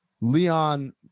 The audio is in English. Leon